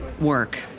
work